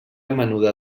menuda